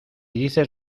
dices